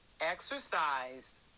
exercise